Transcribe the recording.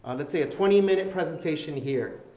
let's say a twenty minute presentation here